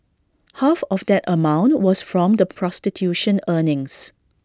half of that amount was from the prostitution earnings